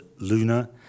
Luna